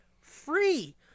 free